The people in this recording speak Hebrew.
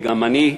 גם אני,